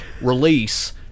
release